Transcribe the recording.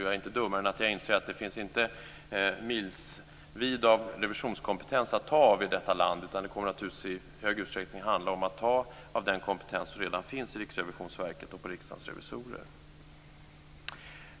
Jag är inte dummare än att jag inser att det inte finns en milsvid revisionskompetens att ta av i detta land, utan det kommer naturligtvis i stor utsträckning att handla om att ta av den kompetens som redan finns i Riksrevisionsverket och Riksdagens revisorer.